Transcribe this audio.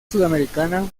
sudamericana